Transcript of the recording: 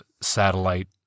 satellite